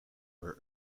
her